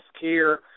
care